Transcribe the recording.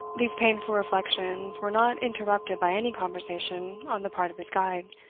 these painful reflections were not interrupted by any conversation on the part of his guide,